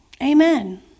Amen